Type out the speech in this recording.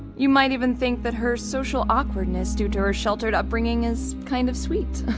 you might even think that her social awkwardness due to her sheltered upbringing is kind of sweet.